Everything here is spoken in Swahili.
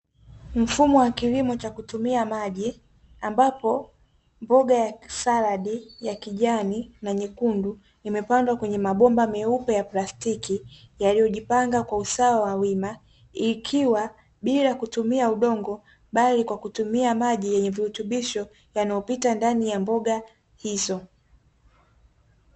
Mfumo wa kilimo cha kutumia maji ambapo mboga ya saladi ya kijani na nyekundu, imepandwa kwenye mabomba meupe ya plastiki, yaliyojipanga kwa usawa wa wima, ikiwa bila kutumia udongo, bali kwa kutumia maji yenye virutubisho yanayopita ndani ya mboga hizo.